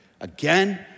again